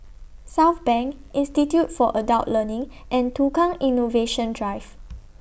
Southbank Institute For Adult Learning and Tukang Innovation Drive